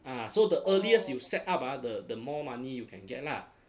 ah so the earliest you set up ah the the more money you can get lah